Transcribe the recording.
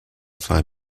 zwei